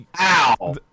Ow